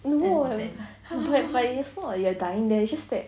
no but it's not like you're dying there it's just that